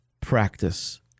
practice